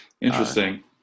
Interesting